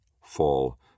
Fall